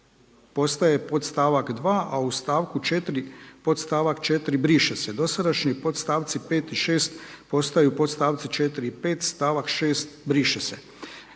postaje podstavak 2. a u stavku 4. podstavak 4. briše se. Dosadašnji podstavci 5. i 6. postaju podstavci 4. i 5. stavak 6. briše se.